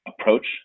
approach